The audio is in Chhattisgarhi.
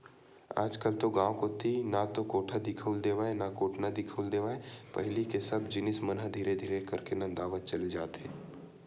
आजकल तो गांव कोती ना तो कोठा दिखउल देवय ना कोटना दिखउल देवय पहिली के सब जिनिस मन ह धीरे धीरे करके नंदावत चले जात हे